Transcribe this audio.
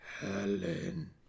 Helen